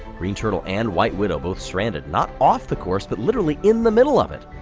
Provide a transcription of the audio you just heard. green turtle and white widow both stranded not off the course, but literally in the middle of it.